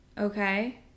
okay